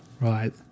right